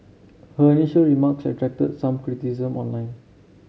her initial remarks attracted some criticism online